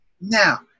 Now